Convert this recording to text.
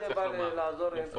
צריך לומר במפורש.